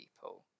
people